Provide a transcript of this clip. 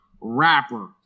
rapper